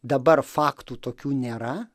dabar faktų tokių nėra